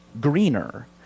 greener